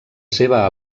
seva